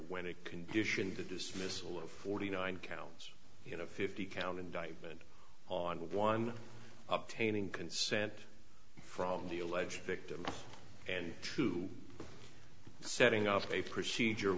when it conditioned the dismissal of forty nine counts you know fifty count indictment on one up taining consent from the alleged victim and to setting up a procedure